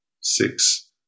six